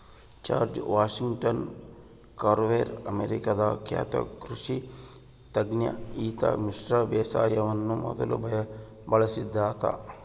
George Washington Carver ಅಮೇರಿಕಾದ ಖ್ಯಾತ ಕೃಷಿ ತಜ್ಞ ಈತ ಮಿಶ್ರ ಬೇಸಾಯವನ್ನು ಮೊದಲು ಬಳಸಿದಾತ